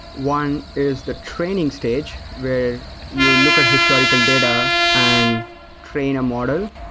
one is the training stage, where you look at historical data and train a model.